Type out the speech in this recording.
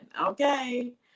okay